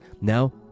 now